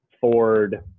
ford